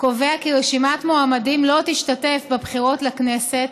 קובע כי רשימת מועמדים לא תשתתף בבחירות לכנסת